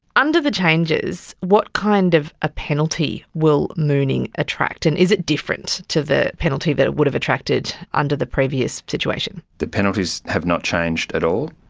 under the changes, what kind of a penalty will mooning attract, and is it different to the penalty that it would have attracted under the previous situation? the penalties have not changed at all,